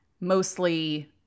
Mostly